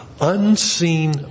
unseen